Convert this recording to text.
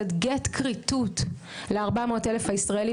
זאת גט כריתות ל-400 אלף הישראלים